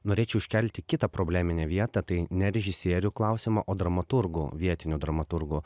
norėčiau iškelti kitą probleminę vietą tai ne režisierių klausimą o dramaturgų vietinių dramaturgų